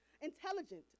intelligent